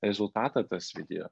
rezultą tas video